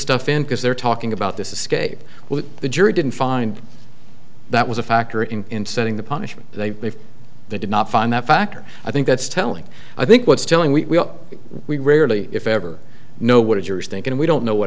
stuff in because they're talking about this escape the jury didn't find that was a factor in in setting the punishment they did not find that factor i think that's telling i think what's telling we we rarely if ever know what is your is thinking we don't know what